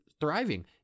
thriving